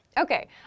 Okay